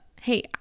Hey